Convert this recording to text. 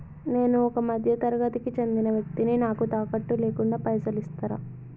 నేను ఒక మధ్య తరగతి కి చెందిన వ్యక్తిని నాకు తాకట్టు లేకుండా పైసలు ఇస్తరా?